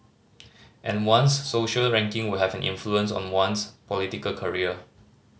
and one's social ranking will have an influence on one's political career